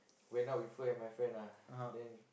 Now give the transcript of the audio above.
went out with her and my friend ah then